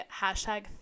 hashtag